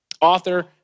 Author